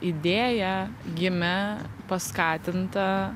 idėja gimė paskatinta